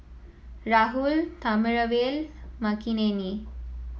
Rahul Thamizhavel Makineni